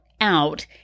out